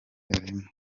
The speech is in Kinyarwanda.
arimo